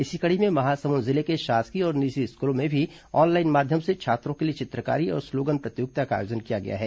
इसी कड़ी में महासमुंद जिले के शासकीय और निजी स्कूलों में भी ऑनलाइन माध्यम से छात्रों के लिए चित्रकारी और स्लोगन प्रतियोगिता का आयोजन किया गया है